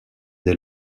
des